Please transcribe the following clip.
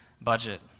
budget